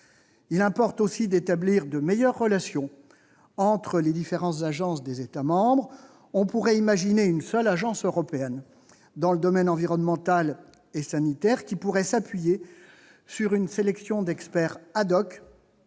Il importe aussi d'établir de meilleures relations entre les différentes agences des États membres. On pourrait imaginer une seule agence européenne dans le domaine environnemental et sanitaire, qui s'appuierait sur une sélection d'experts dans